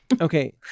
Okay